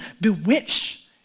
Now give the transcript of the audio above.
bewitched